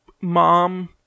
Mom